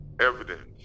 evidence